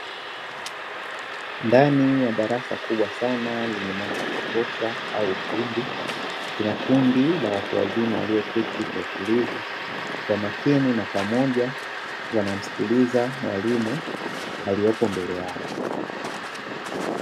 Ndani ya darasa kubwa sana lenye mwanga wa kutosha au ukumbi, kuna kundi la watu wazima walioketi kwa utulivu, kwa makini, na pamoja wakimsikiliza mwalimu aliyepo mbele yao.